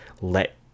let